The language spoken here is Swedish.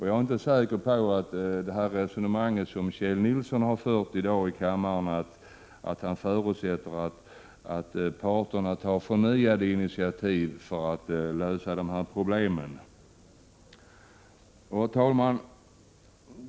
Jag tror inte riktigt på det resonemang som Kjell Nilsson har fört här i dag, där han förutsätter att parterna tar förnyade initiativ för att lösa problemen. Herr talman!